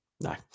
No